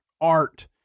art